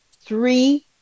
three